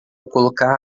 colocar